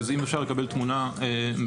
אז אם אפשר לקבל תמונה מדויקת,